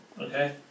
okay